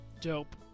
Dope